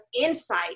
insight